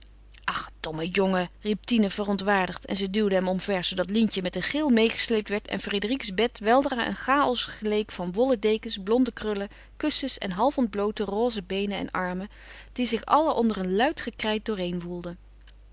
ach domme jongen riep tine verontwaardigd en zij duwde hem omver zoodat lientje met een gil meêgesleept werd en frédérique's bed weldra een chaos geleek van wollen dekens blonde krullen kussens en half ontbloote roze beenen en armen die zich alle onder een luid gekrijt